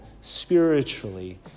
spiritually